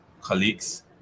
colleagues